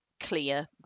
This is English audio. clear